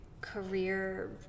career